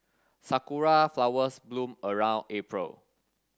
sakura flowers bloom around April